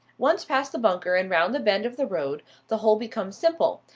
once past the bunker and round the bend of the road, the hole becomes simple.